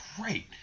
great